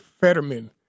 Fetterman